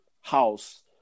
house